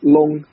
Long